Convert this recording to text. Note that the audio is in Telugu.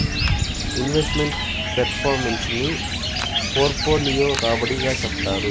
ఇన్వెస్ట్ మెంట్ ఫెర్ఫార్మెన్స్ ని పోర్ట్ఫోలియో రాబడి గా చెప్తారు